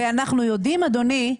אנחנו יודעים, אדוני,